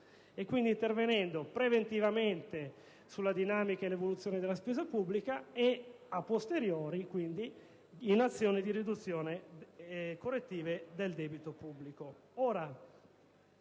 quindi, intervenendo preventivamente sulla dinamica e l'evoluzione della spesa pubblica e, *a posteriori*, in azioni correttive di riduzione del debito pubblico.